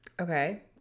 Okay